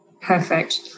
Perfect